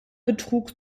betrug